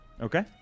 Okay